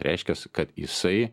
reiškias jisai